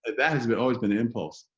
that has been always been an impulse.